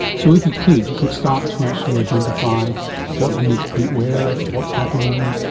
so if you could you could start to actually identify what you need to put where, what is happening,